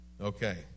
okay